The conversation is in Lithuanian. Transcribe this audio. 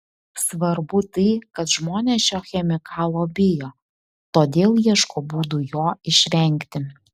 svarbu tai kad žmonės šio chemikalo bijo todėl ieško būdų jo išvengti